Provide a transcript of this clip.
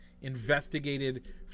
investigated